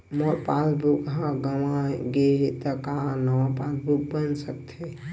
मोर passbook ह गंवा गे हे त का नवा पास बुक बन सकथे?